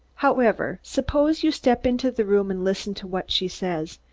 however, suppose you step into the room and listen to what she says.